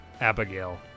Abigail